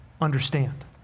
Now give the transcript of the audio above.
understand